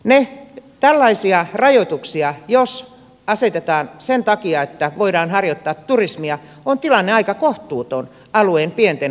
jos tällaisia rajoituksia asetetaan sen takia että voidaan harjoittaa turismia on tilanne aika kohtuuton alueen pienten kalastajien osalta